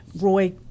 Roy